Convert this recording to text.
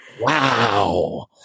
wow